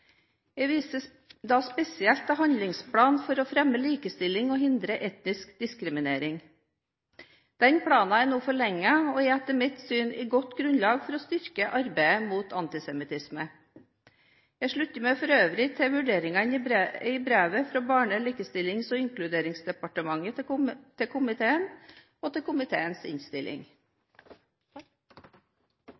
Jeg viser da spesielt til Handlingsplan for å fremme likestilling og hindre etnisk diskriminering. Den planen er nå forlenget og er etter mitt syn et godt grunnlag for å styrke arbeidet mot antisemittisme. Jeg slutter meg for øvrig til vurderingene i brevet fra Barne-, likestillings- og inkluderingsdepartementet til komiteen og til komiteens innstilling.